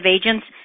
agents